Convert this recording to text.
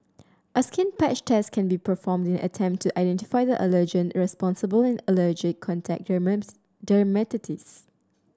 a skin patch test can be performed in an attempt to identify the allergen responsible in allergic contact dermatitis